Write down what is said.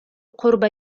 قرب